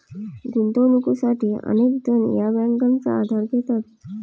गुंतवणुकीसाठी अनेक जण या बँकांचा आधार घेतात